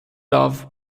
love